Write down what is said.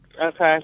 Okay